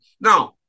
Now